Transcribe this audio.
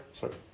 sorry